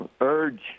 urge